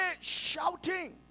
shouting